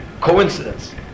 coincidence